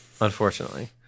Unfortunately